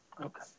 Okay